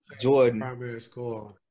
Jordan